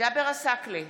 ג'אבר עסאקלה,